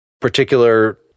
particular